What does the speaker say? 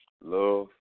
Love